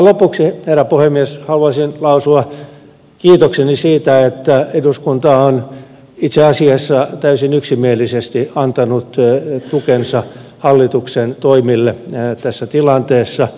lopuksi herra puhemies haluaisin lausua kiitokseni siitä että eduskunta on itse asiassa täysin yksimielisesti antanut tukensa hallituksen toimille tässä tilanteessa